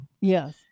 yes